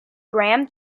graham